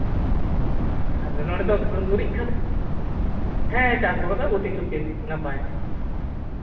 ᱟᱨ ᱱᱚᱰᱮ ᱫᱚ ᱜᱩᱨᱤᱡ ᱠᱷᱟᱹᱫ ᱦᱮᱸ ᱪᱟᱥ ᱠᱚᱫᱚ ᱩᱛᱤ ᱥᱩᱛᱤ ᱱᱟᱯᱟᱭ ᱜᱮ